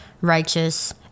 righteous